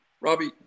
Robbie